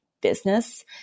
business